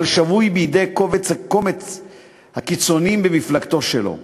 אבל שבוי בידי קומץ הקיצונים במפלגתו שלו.